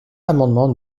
l’amendement